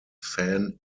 fan